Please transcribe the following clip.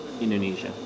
Indonesia